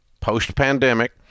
post-pandemic